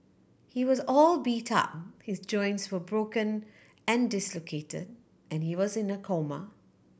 he was all beat up his joints were broken and dislocate and he was in a coma